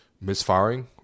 misfiring